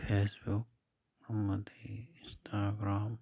Facebook ꯑꯃꯗꯤ Instagram